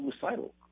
suicidal